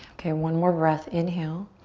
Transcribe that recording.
okay, one more breath, inhale.